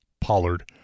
Pollard